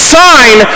sign